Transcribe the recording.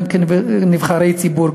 גם כנבחרי ציבור,